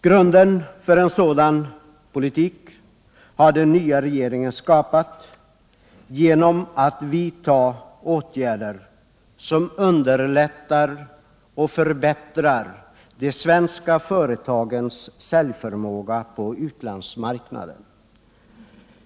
Grunden för en sådan politik har den nya regeringen skapat genom att vidta åtgärder, som underlättar och förbättrar de svenska företagens säljförmåga på utlandsmarknaden.